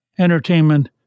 entertainment